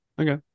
Okay